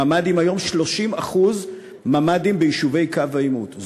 מ"מדים היום, 30% ממ"דים ביישובי קו העימות.